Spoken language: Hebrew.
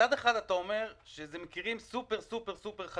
מצד אחד אתה אומר שאלה מקרים סופר חריגים